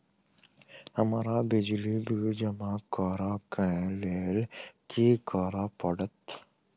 हमरा बिजली बिल जमा करऽ केँ लेल की करऽ पड़त?